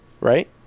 right